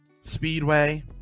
Speedway